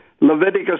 Leviticus